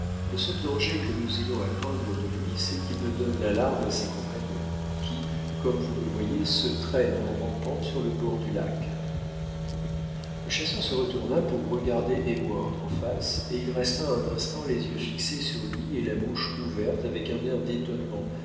le seul danger que nous ayons à craindre de lui c'est qu'il ne donne l'alarme à ses compagnons qui comme vous le voyez se traînent en rampant sur le bord du lac le chasseur se retourna pour regarder heyward en face et il resta un instant les yeux fixés sur lui et la bouche ouverte avec un air d'étonnement